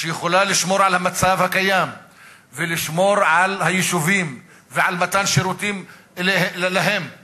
שיכולה לשמור על המצב הקיים ולשמור על היישובים ועל מתן שירותים להם,